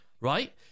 right